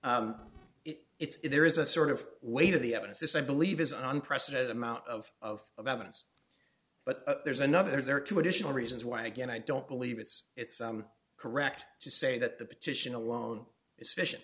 up it's there is a sort of weight of the evidence this i believe is an unprecedented amount of of of evidence but there's another there are two additional reasons why again i don't believe it's it's correct to say that the petition alone is sufficient